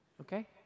okay